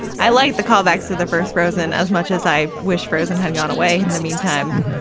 i liked the callbacks to the first frozen as much as i wish frozen had gone away. in the meantime.